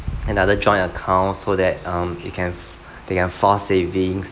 another joint account so that um they have they have fast savings